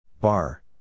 Bar